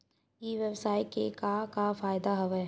ई व्यवसाय के का का फ़ायदा हवय?